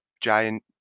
giant